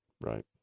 Right